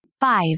five